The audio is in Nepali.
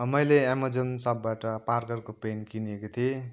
मैले एमाजोन सपबाट पार्करको पेन किनेको थिएँ